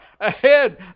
ahead